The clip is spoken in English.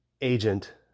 agent